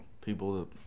people